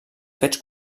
fets